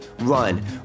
Run